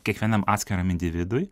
kiekvienam atskiram individui